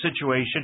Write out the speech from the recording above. situation